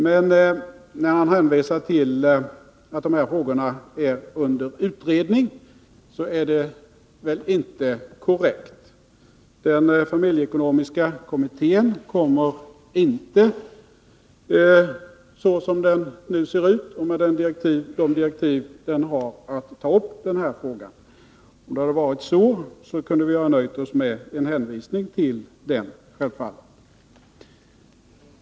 Men när han hänvisar till att dessa frågor är under utredning, är det väl inte korrekt. Den familjeekonomiska kommittén kommer, så som den nu ser ut och med de direktiv som den har, inte att ta upp den här frågan. Om det hade varit så, kunde vi självfallet ha nöjt oss med en hänvisning till den utredningen.